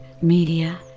media